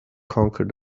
conquer